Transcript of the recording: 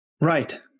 Right